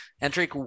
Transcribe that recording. entering